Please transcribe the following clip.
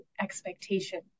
expectation